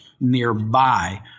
nearby